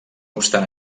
obstant